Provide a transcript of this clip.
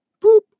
Boop